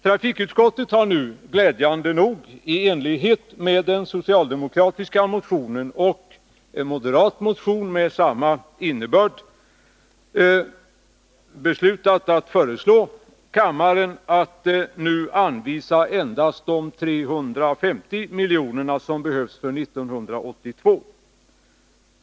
Trafikutskottet har, glädjande nog, i enlighet med den socialdemokratiska motionen och en moderat motion med samma innebörd beslutat att föreslå kammaren att nu anvisa endast de 350 miljoner som behövs för 1982.